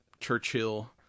churchill